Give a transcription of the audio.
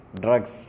drugs